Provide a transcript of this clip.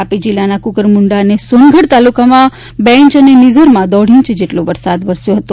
તાપી જિલ્લાના કુંકરમુંડા અને સોનગઢ તાલુકામાં બે ઇંચ અને નિઝરમાં દોઢ ઇંચ જેટલો વરસાદ વરસ્યો હતો